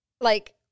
like-